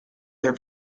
their